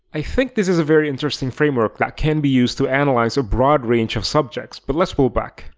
i think this is a very interesting framework that can be used to analyze a broad range of subjects, but let's pull back.